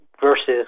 versus